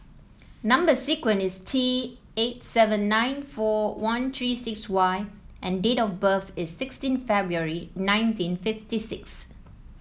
number sequence is T eight seven nine four one three six Y and date of birth is sixteen February nineteen fifty six